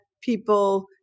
people